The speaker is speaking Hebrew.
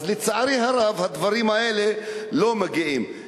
אז, לצערי הרב, הדברים האלה לא מגיעים.